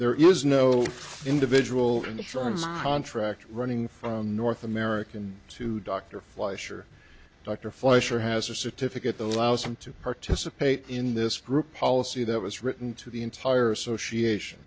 there is no individual in the seans contract running from north american to dr fleischer dr fleischer has a certificate the allows him to participate in this group policy that was written to the entire association